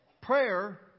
prayer